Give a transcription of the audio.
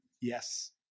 Yes